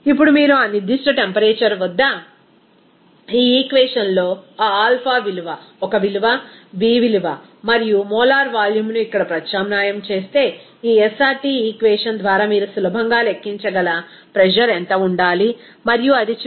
ఇప్పుడు మీరు ఆ నిర్దిష్ట టెంపరేచర్ వద్ద ఈ ఈక్వేషన్ లో ఆ ఆల్ఫా విలువ ఒక విలువ బి విలువ మరియు మోలార్ వాల్యూమ్ను ఇక్కడ ప్రత్యామ్నాయం చేస్తే ఈ SRT ఈక్వేషన్ ద్వారా మీరు సులభంగా లెక్కించగల ప్రెజర్ ఎంత ఉండాలి మరియు అది చివరకు 89